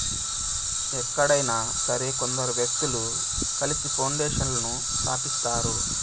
ఎక్కడైనా సరే కొందరు వ్యక్తులు కలిసి పౌండేషన్లను స్థాపిస్తారు